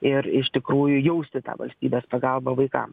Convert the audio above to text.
ir iš tikrųjų jausti tą valstybės pagalbą vaikam